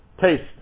taste